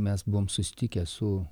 mes buvome susitikę su